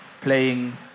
playing